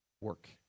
work